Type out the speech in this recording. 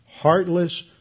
heartless